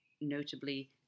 notably